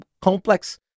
complex